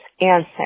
answer